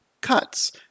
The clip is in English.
cuts